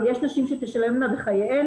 אבל יש נשים שתשלמנה בחייהן.